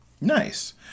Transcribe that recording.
Nice